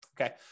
Okay